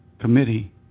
Committee